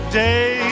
day